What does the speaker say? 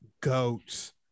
Goats